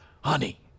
Honey